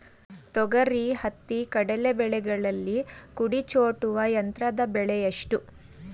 ತೊಗರಿ, ಹತ್ತಿ, ಕಡಲೆ ಬೆಳೆಗಳಲ್ಲಿ ಕುಡಿ ಚೂಟುವ ಯಂತ್ರದ ಬೆಲೆ ಎಷ್ಟು?